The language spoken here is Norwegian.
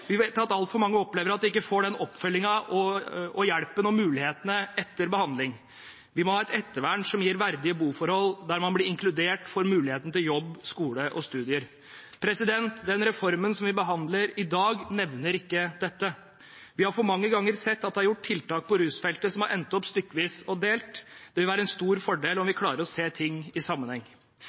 Vi vet at altfor mange opplever at de ikke får den oppfølgingen, den hjelpen og de mulighetene de trenger etter behandling. Vi må ha et ettervern som gir verdige boforhold, der man blir inkludert, får muligheten til jobb, skole og studier. Den reformen som vi behandler i dag, nevner ikke dette. Vi har for mange ganger sett at det er gjort tiltak på rusfeltet som har endt opp stykkevis og delt. Det vil være en stor fordel om vi klarer å se ting i sammenheng.